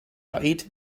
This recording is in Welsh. oed